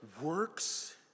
works